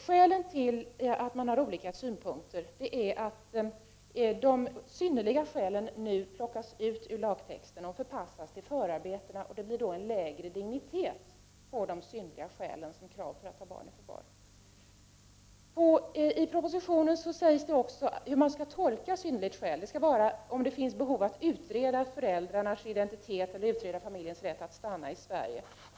Skälet till att man har olika synpunkter är att uttrycket ”synnerliga skäl” nu plockas ut ur lagtexten och förpassas till förarbetena. Det blir då en lägre dignitet på de synnerliga skälen, som krav för att ta barn i förvar. I propositionen framgår det också hur begreppet ”synnerliga skäl” skall tolkas. Sådana skäl föreligger när det finns behov att utreda föräldrarnas identitet eller utreda familjens rätt att stanna i Sverige.